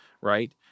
right